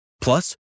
Plus